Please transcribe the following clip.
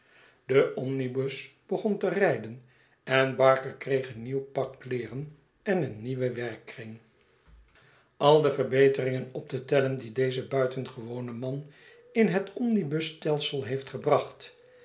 de omnibus begon te rijden en barker kreeg een nieuw pak kleeren en een nieuwen werkkring al de verbeteringen op te tellen die deze buitengewone man in het omnibusstelsel heeft gebracht